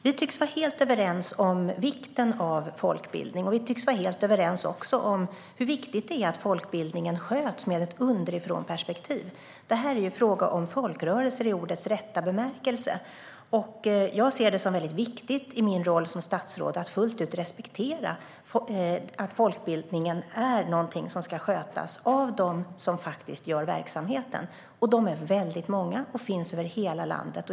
Vi tycks vara helt överens om vikten av folkbildning och om hur viktigt det är att den sköts med ett underifrånperspektiv. Det är ju fråga om folkrörelser i ordets rätta bemärkelse, och jag ser det som väldigt viktigt att i min roll som statsråd fullt ut respektera att folkbildningen ska skötas av dem som faktiskt står för verksamheten. De är många och finns över hela landet.